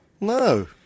No